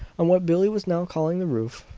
on what billie was now calling the roof,